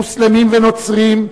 מוסלמים ונוצרים,